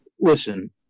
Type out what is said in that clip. Listen